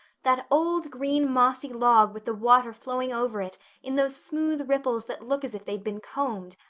that old green, mossy log with the water flowing over it in those smooth ripples that look as if they'd been combed,